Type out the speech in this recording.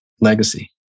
legacy